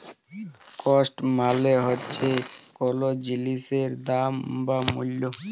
cost মালে হচ্যে কল জিলিসের দাম বা মূল্য